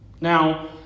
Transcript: Now